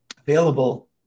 available